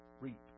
reap